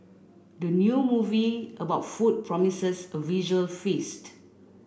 the new movie about food promises a visual feast